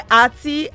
ati